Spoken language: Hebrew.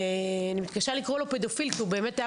אני מתקשה לקרוא לו פדופיל כי הוא באמת היה